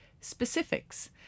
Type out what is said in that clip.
specifics